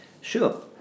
Sure